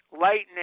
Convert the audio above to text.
lightning